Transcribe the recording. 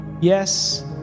Yes